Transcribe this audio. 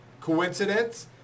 coincidence